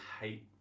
hate